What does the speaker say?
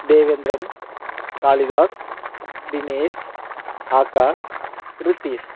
Devendran Kalidas Dinesh Akash Ritheesh